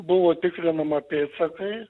buvo tikrinama pėdsakai